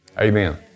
Amen